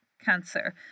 cancer